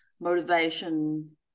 motivation